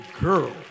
girl